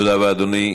תודה רבה, אדוני.